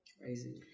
crazy